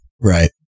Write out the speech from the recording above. Right